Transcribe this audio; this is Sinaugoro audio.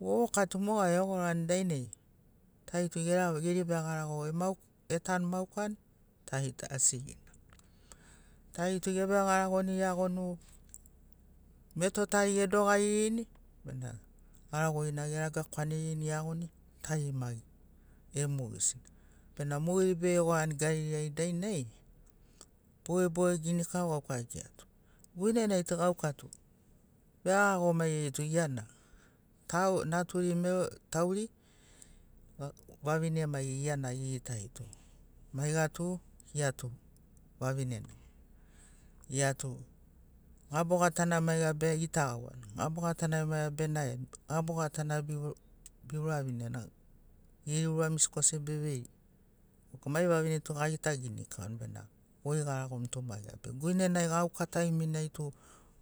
Vovoka tu moga egorani dainai tari tu gara geri vegarago emauk etanu maukani tari tu asigina tari tu evegaragoni eagoni meto tari edogaririni bena garagorina eragakwanerini eagoni tarimai e mogesina bena mogeri be gorani gaririai dainai bogeboge ginikau gauka ekirato guinenai tu gauka tu vegaro maigeri tu gia na tau naturi meror tauri vavine maigeri giana egitarito maiga tu giatu vavinena giatu gabogatana maiga beagitagauani gabogatana maiga benariani gabogatana beuraviniani geri ura misi kose beveini okei mai vavine tu agitaginikauani benamo goi garagomu tu maiga be guinenai gauka taiminai tu